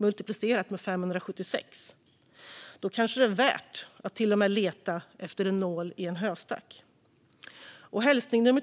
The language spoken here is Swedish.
Multiplicerar vi det med 576 är det kanske värt att till och med leta efter en nål i en höstack. Den andra hälsningen